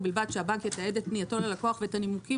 ובלבד שהבנק יתעד את פנייתו ללקוח ואת הנימוקים